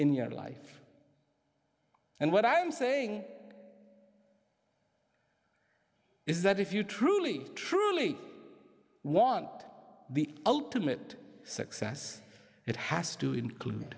in your life and what i am saying is that if you truly truly want the ultimate success it has to include